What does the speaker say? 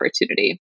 opportunity